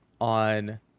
on